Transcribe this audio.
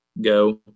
go